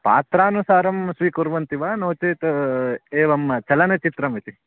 पात्रानुसारं स्वीकुर्वन्ति वा नो चेत् एवं चलनचित्रमिति